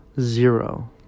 Zero